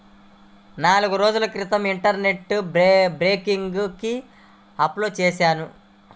నాల్గు రోజుల క్రితం ఇంటర్నెట్ బ్యేంకింగ్ కి అప్లై చేశాను